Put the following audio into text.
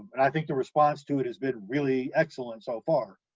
and i think the response to it has been really excellent so far.